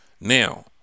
Now